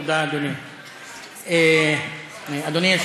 תודה, אדוני.